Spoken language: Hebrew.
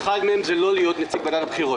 אף אחד מהם זה נציג ועדת הבחירות.